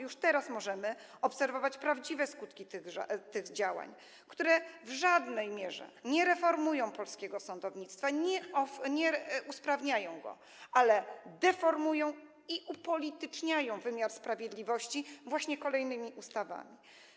Już teraz możemy obserwować prawdziwe skutki tych działań, które w żadnej mierze nie reformują polskiego sądownictwa, nie usprawniają go, ale właśnie deformują i upolityczniają wymiar sprawiedliwości kolejnymi ustawami.